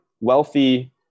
wealthy